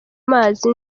mazi